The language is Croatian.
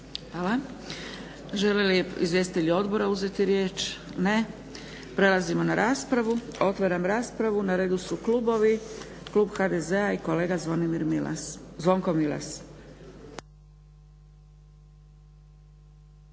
Hvala. Žele li izvjestitelji odbora uzeti riječ? Ne. Prelazimo na raspravu. Otvaram raspravu. Na redu su klubovi, Klub HDZ-a i kolega Zvonko Milas.